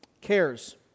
cares